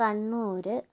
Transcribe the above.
Kannur